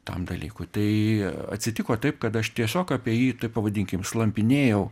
tam dalykui tai atsitiko taip kad aš tiesiog apie jį taip pavadinkim slampinėjau